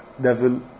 devil